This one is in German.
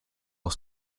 aus